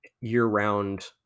year-round